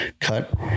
cut